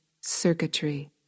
circuitry